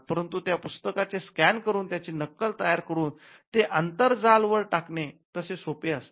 परंतु त्या पुस्तकाचे स्कॅन करून त्याची नक्कल तयार करून ते आंतरजाल वर टाकणे तसे सोपे असते